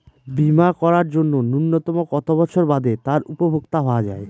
বীমা করার জন্য ন্যুনতম কত বছর বাদে তার উপভোক্তা হওয়া য়ায়?